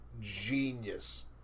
genius